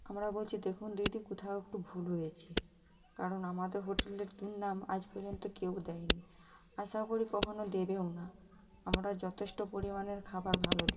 আমরা বলছি দেখুন দিদি কোথাও একটু ভুল হয়েছে কারণ আমাদের হোটেলের দুর্নাম আজ পর্যন্ত কেউ দেয় নি আশাও করি কখনো দেবেও না আমরা যথেষ্ট পরিমাণের খাবার ভালো দিই